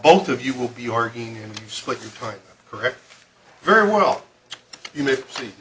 both of you will be or he split your time correct very well you may see